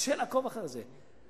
קשה לעקוב אחר זה.